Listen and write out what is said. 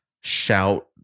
shout